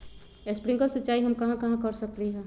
Sprinkle सिंचाई हम कहाँ कहाँ कर सकली ह?